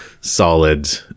solid